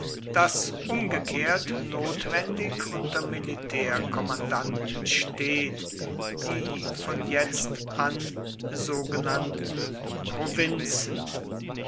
das umgekehrt notwendig unter militärkommandanten steht die von jetzt an sogenannten provinzen